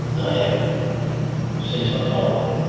and i haven't since i told her that.